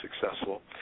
successful